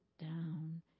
down